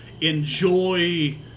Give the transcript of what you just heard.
enjoy